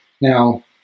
now